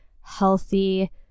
healthy